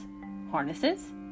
Harnesses